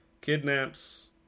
kidnaps